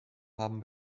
haben